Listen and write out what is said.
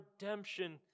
redemption